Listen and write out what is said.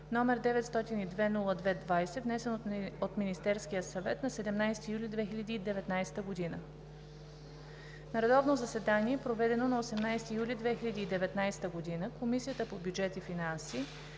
70, № 902-02-20, внесен от Министерския съвет на 17 юли 2019 г. На редовно заседание, проведено на 18 юли 2019 година, Комисията по бюджет и финанси